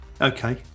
Okay